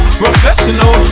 professional